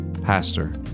pastor